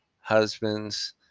husbands